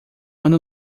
ano